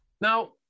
now